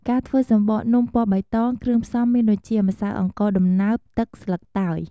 ការធ្វើសំបកនំពណ៌បៃតង គ្រឿងផ្សំមានដូចជា ម្សៅអង្ករដំណើប ទឹក ស្លឹកតើយ។